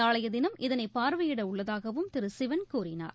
நாளைய தினம் இதனை பார்வையிட உள்ளதாகவும் திரு சிவன் கூறினார்